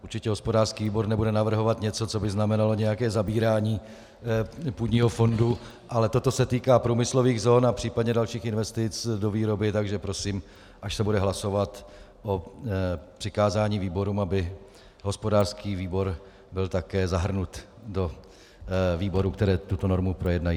Určitě nebude hospodářský výbor navrhovat něco, co by znamenalo nějaké zabírání půdního fondu, ale toto se týká průmyslových zón a případně dalších investic do výroby, takže prosím, až se bude hlasovat o přikázání výborům, aby byl hospodářský výbor také zahrnut do výborů, které tuto normu projednají.